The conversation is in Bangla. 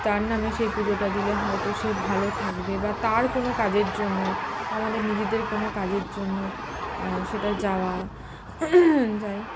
তার নামে সেই পুজোটা দিলে হয়তো সে ভালো থাকবে বা তার কোনো কাজের জন্য আমাদের নিজেদের কোনো কাজের জন্য সেটা যাওয়া যাই